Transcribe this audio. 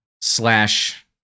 slash